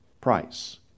price